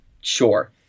sure